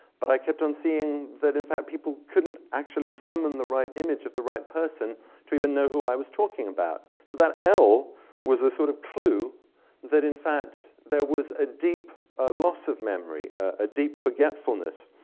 but i kept on seeing that, in fact, people couldn't actually summon the right image of the right person to even know who i was talking about. so that l was a sort of clue that, in fact, there was a deep loss of memory, a deep forgetfulness,